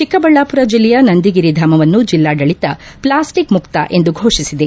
ಚಿಕ್ಕಬಳ್ಳಾಪುರ ಜಿಲ್ಲೆಯ ನಂದಿಗಿರಿ ಧಾಮವನ್ನು ಜಿಲ್ಲಾಡಳಿತ ಪ್ಲಾಸ್ಟಿಕ್ ಮುಕ್ತ ಎಂದು ಫೋಷಿಸಿದೆ